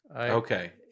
Okay